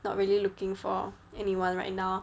not really looking for anyone right now